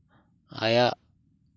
ᱟᱭᱟᱜ